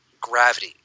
gravity